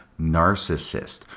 narcissist